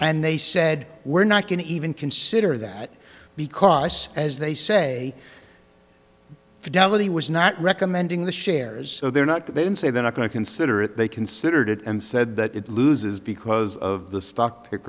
and they said we're not going to even consider that because as they say fidelity was not recommending the shares so they're not that they didn't say they're not going to consider it they considered it and said that it loses because of the stock pick